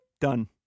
done